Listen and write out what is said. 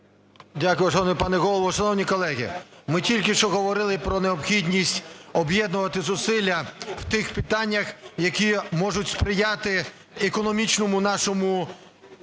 Дякую, шановний пане Голово. Шановні колеги, ми тільки що говорили про необхідність об'єднувати зусилля в тих питаннях, які можуть сприяти економічному нашому…